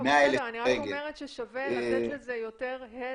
אני רק אומרת ששווה לתת לזה יותר הדהוד,